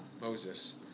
Moses